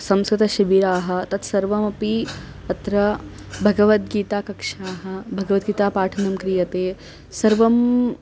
संस्कृतशिबिराणि तत्सर्वमपि अत्र भगवद्गीता कक्ष्याः भगवद्गीतापाठनं क्रियते सर्वं